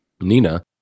Nina